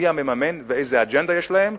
מי המממן ואיזו אג'נדה יש להם,